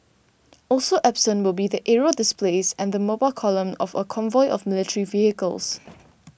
also absent will be the aerial displays and the mobile column of a convoy of military vehicles